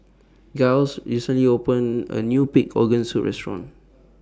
Giles recently opened A New Pig Organ Soup Restaurant